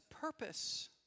purpose